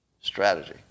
Strategy